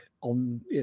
on